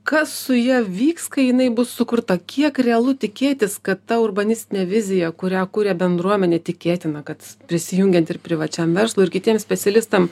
kas su ja vyks kai jinai bus sukurta kiek realu tikėtis kad ta urbanistinė vizija kurią kuria bendruomenė tikėtina kad prisijungiant ir privačiam verslui ir kitiems specialistam